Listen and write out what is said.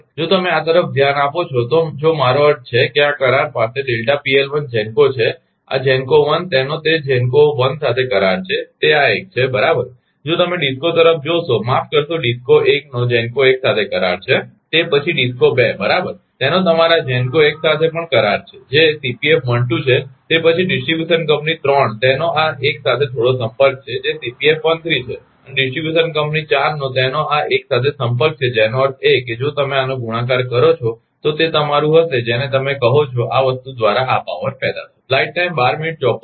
જો તમે આ તરફ ધ્યાન આપો છો તો જો મારો અર્થ છે કે આ કરાર પાસે GENCO છે આ GENCO 1 તેનો તે GENCO 1 સાથે કરાર છે તે આ એક છે બરાબર જો તમે DISCO તરફ જોશો માફ કરશો DISCO 1 નો GENCO 1 સાથે કરાર છે તે પછી DISCO 2 બરાબર તેનો તમારા આ GENCO 1 સાથે પણ પણ કરાર છે કે જે છે તે પછી ડિસ્ટ્રીબ્યુશન કંપની 3 તેનો આ 1 સાથે થોડો સંપર્ક છે કે જે છે અને ડિસ્ટ્રીબ્યુશન કંપની 4 નો તેનો આ 1 સાથે સંપર્ક છે જેનો અર્થ છે કે જો તમે આનો ગુણાકાર કરો છો તો તે તમારું હશે જેને તમે કહો છો તે આ વસ્તુ દ્વારા આ પાવર પેદા થશે